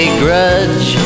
grudge